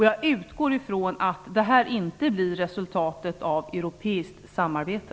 Jag utgår från att det inte blir resultatet av europeiskt samarbete.